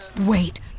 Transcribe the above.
wait